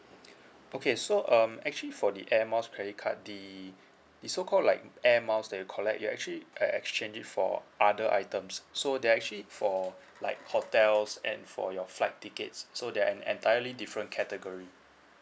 okay so um actually for the airmiles credit card the the so called like airmiles that you collect your actually uh exchange for other items so that actually it for like hotels and for your flight tickets so there and entirely different category